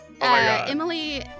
Emily